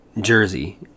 Jersey